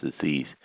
disease